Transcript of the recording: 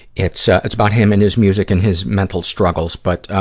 it's ah it's about him and his music and his mental struggles. but,